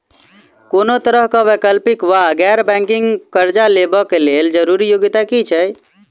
कोनो तरह कऽ वैकल्पिक वा गैर बैंकिंग कर्जा लेबऽ कऽ लेल जरूरी योग्यता की छई?